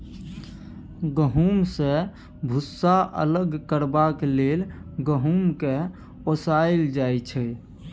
गहुँम सँ भुस्सा अलग करबाक लेल गहुँम केँ ओसाएल जाइ छै